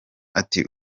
ati